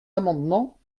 amendement